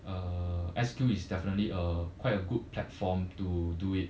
uh S_Q is definitely uh quite a good platform to do it